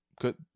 good